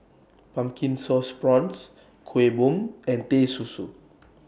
Pumpkin Sauce Prawns Kuih Bom and Teh Susu